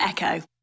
Echo